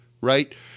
right